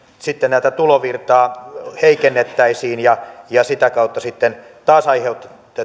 sitten tätä tulovirtaa heikennettäisiin ja ja sitä kautta sitten taas aiheutettaisiin